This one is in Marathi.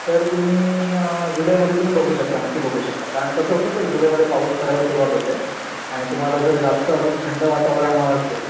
तर तुम्ही जुलैमध्ये तुम्ही बघू शकता नक्की बघू शकता कारण कसं होतं तर जुलैमधे पाऊस पडायला सुरवात होते आणि तुम्हाला जर जास्त अजून थंड वातावरण हवं असेल